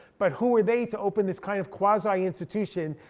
but who are they to open this kind of quasi institution?